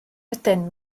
ydyn